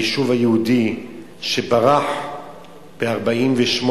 היישוב היהודי, ברח ב-1948.